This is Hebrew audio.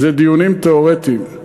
זה דיונים תיאורטיים.